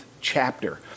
chapter